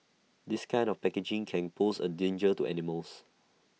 this kind of packaging can pose A danger to animals